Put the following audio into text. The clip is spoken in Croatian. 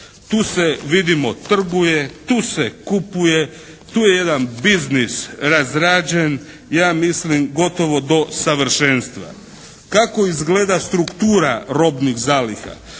Tu se vidimo trguje, tu se kupuje, tu je jedan biznis razrađen ja mislim gotovo do savršenstva. Kako izgleda struktura robnih zaliha